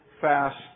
fast